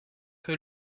que